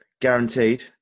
guaranteed